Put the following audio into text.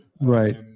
right